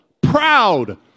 Proud